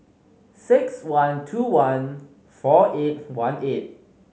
six one two one four eight one eight